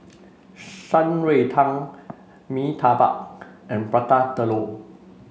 Shan Rui Tang Mee Tai Mak and Prata Telur